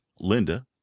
Linda